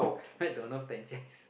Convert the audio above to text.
McDonald franchise